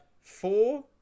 four